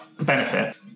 benefit